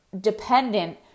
dependent